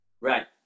Right